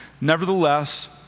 Nevertheless